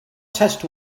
test